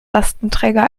lastenträger